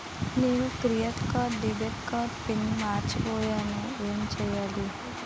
నేను credit card debit card PIN మర్చిపోయేను ఎం చెయ్యాలి?